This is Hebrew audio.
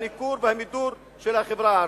את הניכור ואת המידור של החברה הערבית.